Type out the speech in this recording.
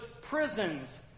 prisons